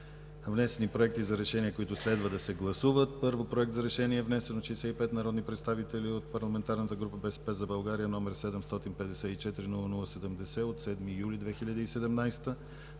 Внесени проекти за решение, които следва да се гласуват: Първи Проект за решение, внесен от 65 народни представители от парламентарната група „БСП за България“, № 754 00-70 от 7 юли 2017